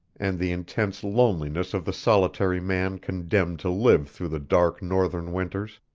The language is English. and the intense loneliness of the solitary man condemned to live through the dark northern winters,